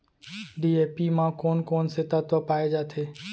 DAP म कोन कोन से तत्व पाए जाथे?